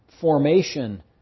formation